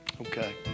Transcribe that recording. Okay